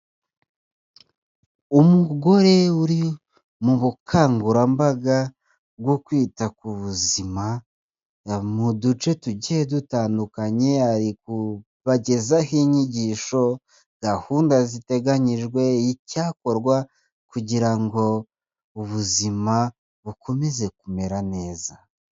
Umugore uri mu bukangurambaga bwo kwita ku buzima mu duce tugiye dutandukanye ari kubagezaho inyigisho, gahunda ziteganyijwe y'icyakorwa kugira ngo ubuzima bukomeze kumera neza.